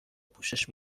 پوشش